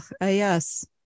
Yes